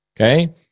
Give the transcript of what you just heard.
Okay